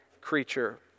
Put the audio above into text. creature